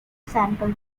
sample